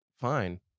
fine